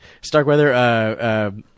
Starkweather